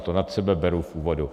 To na sebe beru v úvodu.